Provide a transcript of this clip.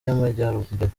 y’amajyambere